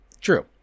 true